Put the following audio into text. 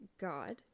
God